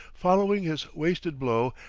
following his wasted blow,